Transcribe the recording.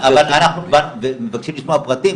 אנחנו מבקשים לשמוע פרטים,